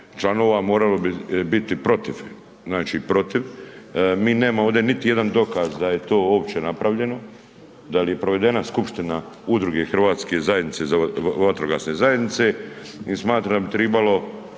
protiv, znači protiv. Mi nemamo ovdje niti jedan dokaz da je to uopće napravljeno, da li je provedena skupština udruge hrvatske zajednice za, Hrvatske vatrogasne zajednice i smatram da